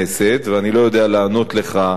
ואני לא יודע לענות לך ספציפית,